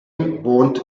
wohnt